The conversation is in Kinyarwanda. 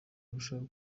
arushaho